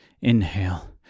Inhale